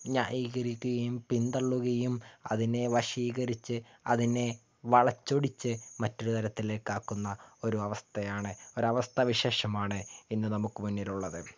ന്യായീകരിക്കുകയും പിൻതള്ളുകയും അതിനേ വശീകരിച്ച് അതിനേ വളച്ചൊടിച്ച് മറ്റൊരുതരത്തിലേക്കാക്കുന്ന ഒരു അവസ്ഥയാണ് ഒരു അവസ്ഥാ വിശേഷമാണ് ഇന്ന് നമുക്കുമുന്നിലുള്ളത്